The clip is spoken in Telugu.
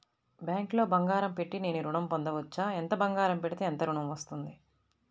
బ్యాంక్లో బంగారం పెట్టి నేను ఋణం పొందవచ్చా? ఎంత బంగారం పెడితే ఎంత ఋణం వస్తుంది?